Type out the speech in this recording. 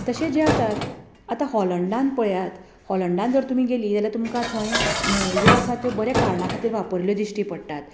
तशें जें आसा आता हाॅलंडान पळया हाॅलंडान जर तुमी गेलीं जाल्यार तुमकां थंय न्हंयो ज्यो आसा त्यो बऱ्या कारणा खातीर वापरल्यो दिश्टी पडटात